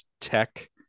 tech